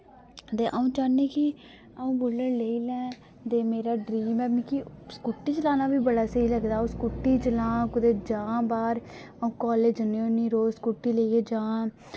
ते अ'ऊं चाह्न्नीं कि अ'ऊं बुल्लट लेई लैं ते मेरा ड्रीम ऐ मिकी स्कूटी चलाना बी बड़ा स्हेई लगदा अ'ऊं स्कूटी चलां कुतै जां बाह्र अ'ऊं कालेज जन्नी होन्नी रोज स्कूटी लेइयै जां